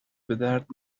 بدرد